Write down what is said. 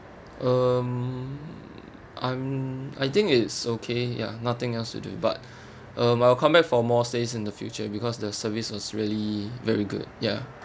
um I'm I think it's okay ya nothing else to do but um I will come back for more stays in the future because the service was really very good ya